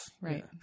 Right